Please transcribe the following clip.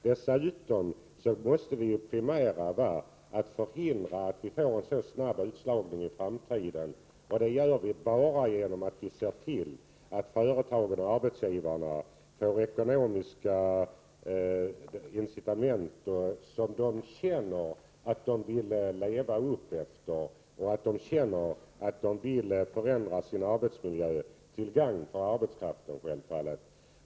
Dessutom måste det primära vara att förhindra att vi får en så snabb utslagning i framtiden, och det gör vi bara genom att se till, att företagen och arbetsgivarna får ekonomiska incitament som de känner att de vill leva upp till genom att förbättra sin arbetsmiljö till gagn för arbetskraften.